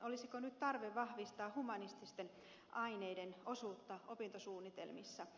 olisiko nyt tarve vahvistaa humanististen aineiden osuutta opintosuunnitelmissa